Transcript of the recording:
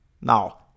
Now